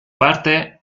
parte